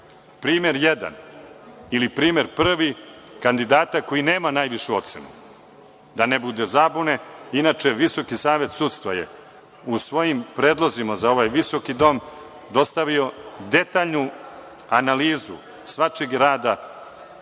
Primer jedan ili primer prvi, kandidat koji nemaju najvišu ocenu, da ne bude zabune, inače VSS je u svojim predlozima za ovaj Visoki dom dostavio detaljnu analizu svačijeg rada